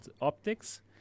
optics